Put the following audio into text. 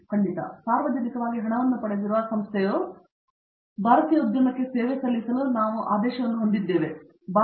ಪಂಚನಾಲ ಖಂಡಿತ ಸಾರ್ವಜನಿಕವಾಗಿ ಹಣವನ್ನು ಪಡೆದಿರುವ ಸಂಸ್ಥೆಯು ಭಾರತೀಯ ಉದ್ಯಮಕ್ಕೆ ಸೇವೆ ಸಲ್ಲಿಸಲು ನಾವು ಆದೇಶವನ್ನು ಹೊಂದಿದ್ದೇವೆ ಎಂದು ನಾನು ಭಾವಿಸುತ್ತೇನೆ